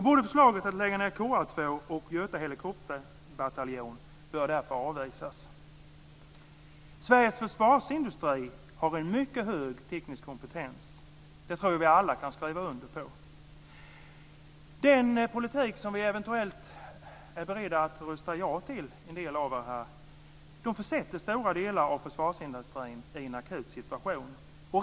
Både förslaget att lägga ned KA 2 och Göta helikopterbataljon bör därför avvisas. Sveriges försvarsindustri har en mycket hög teknisk kompetens. Det tror jag att vi alla kan skriva under på. Den politik som en del av er här eventuellt är beredda att rösta ja till försätter stora delar av försvarsindustrin i en akut situation.